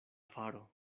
faro